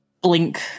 blink